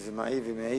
וזה מעיב ומעיק